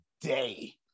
day